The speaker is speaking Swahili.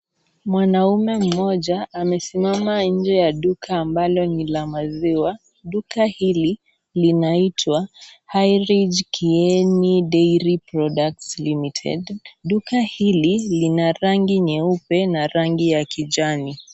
Mwanaume mmoja amesimama nje ya duka ambalo ni la maziwa duka hili linaitwa Highride Kieni Dairy Products Limited . Duka hili lina rangi nyeupe na rangi ya kijani.